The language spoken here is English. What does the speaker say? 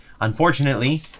unfortunately